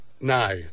No